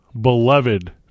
beloved